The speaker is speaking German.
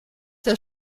der